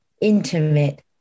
intimate